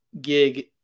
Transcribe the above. gig